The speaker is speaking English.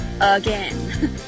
again